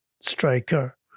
striker